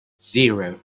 zero